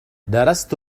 درست